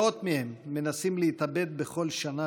מאות מהם מנסים להתאבד בכל שנה,